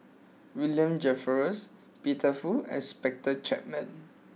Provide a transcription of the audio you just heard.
William Jervois Peter Fu and Spencer Chapman